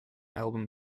album